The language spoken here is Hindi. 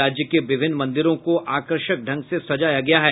राज्य के विभिन्न मंदिरों को आकर्षक ढंग से सजाया गया है